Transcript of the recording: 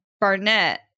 Barnett